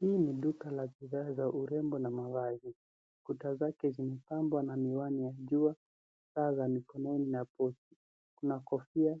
Hii ni duka la bidhaa za urembo na mavazi. Kuta zake zimepambwa na miwani ya jua, taa za mikononi na pochi. Kuna kofia,